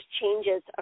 changes